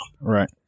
right